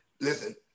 Listen